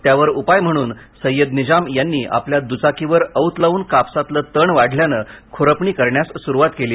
त्यावर उपाय म्हणून सय्यद निजाम यांनी आपल्या द्चाकीवर औत लावून कापसातलं तण वाढल्यानं ख्रपणी करण्यास स्रुवात केली